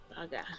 Okay